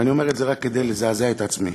אני אומר את זה רק כדי לזעזע את עצמי.